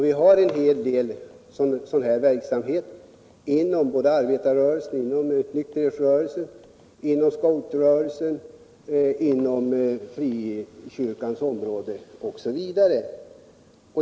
Vi har en hel del sådan verksamhet inom arbetarrörelsen, nykterhetsrörelsen, scoutrörelsen, på frikyrkans område osv.